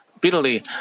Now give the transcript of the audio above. bitterly